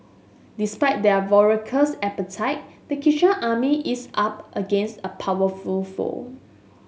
despite their voracious appetite the chicken army is up against a powerful foe